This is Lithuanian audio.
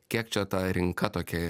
kiek čia ta rinka tokia